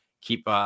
keep